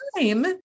time